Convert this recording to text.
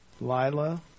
Lila